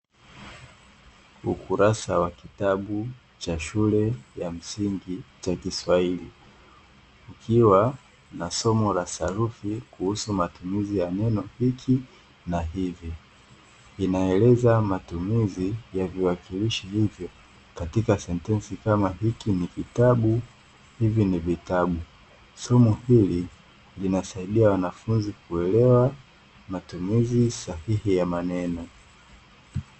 Ukurasa wa kitabu cha shule ya msingi cha kiswahili, ukiwa na somo la sarufi kuhusu matumizi ya maneno "hiki na hivi", inaeleza matumizi ya viwakilishi hivyo katika sentensi kama "hiki ni kitabu", hivi ni vitabu. Somo hili linasaidia wanafunzi kuelewa matumizi sahihi ya maneno.